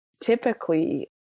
typically